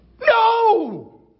no